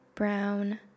brown